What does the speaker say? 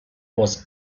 was